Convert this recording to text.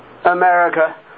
America